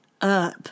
up